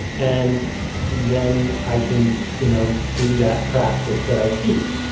and then i can you know do that practice that i seek,